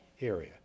area